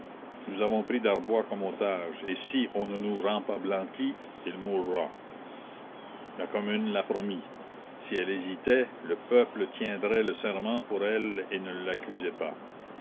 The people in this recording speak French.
nous avons pris darbois comme otage et si on ne nous rend pas blanqui il mourra la commune l'a promis si elle hésitait le peuple tiendrait le serment pour elle et ne l'accusez pas